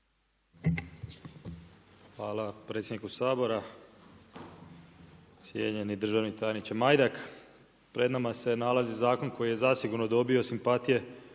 Hvala predsjedniku Sabora. Cijenjeni državni tajniče Majdak. Pred nama se nalazi zakon koji je zasigurno dobio simpatije